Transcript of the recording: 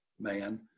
man